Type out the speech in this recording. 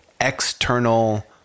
external